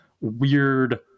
weird